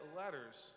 letters